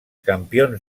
campions